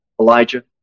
Elijah